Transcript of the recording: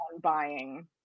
buying